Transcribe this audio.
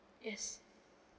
yes